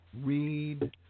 Read